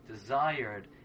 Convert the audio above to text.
desired